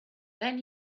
then